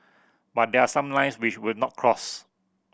but there are some lines we should not cross